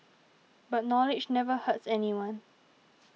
but knowledge never hurts anyone